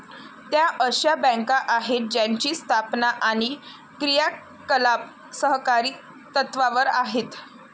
त्या अशा बँका आहेत ज्यांची स्थापना आणि क्रियाकलाप सहकारी तत्त्वावर आहेत